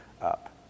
up